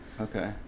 Okay